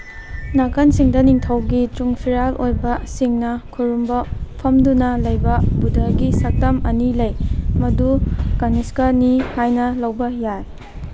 ꯅꯥꯀꯟꯁꯤꯡꯗ ꯅꯤꯡꯊꯧꯒꯤ ꯆꯨꯡ ꯐꯤꯔꯥꯜ ꯑꯣꯏꯕ ꯁꯤꯡꯅ ꯈꯨꯔꯨꯝꯕ ꯐꯝꯗꯨꯅ ꯂꯩꯕ ꯕꯨꯙꯒꯤ ꯁꯛꯇꯝ ꯑꯅꯤ ꯂꯩ ꯃꯗꯨ ꯀꯅꯤꯁꯀꯅꯤ ꯍꯥꯏꯅ ꯂꯧꯕ ꯌꯥꯏ